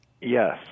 Yes